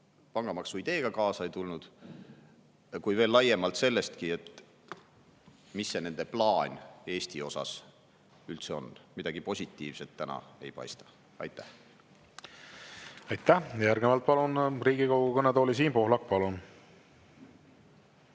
pangamaksu ideega kaasa ei tulnud, aga veel laiemalt sellest, mis nende plaan Eestile üldse on. Midagi positiivset täna ei paista. Aitäh! Aitäh! Järgnevalt palun Riigikogu kõnetooli Siim Pohlaku. Palun!